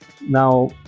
Now